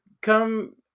come